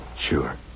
Sure